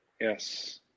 Yes